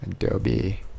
Adobe